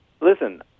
Listen